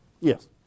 Yes